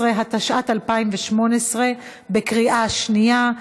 16), התשע"ט 2018, בקריאה שנייה.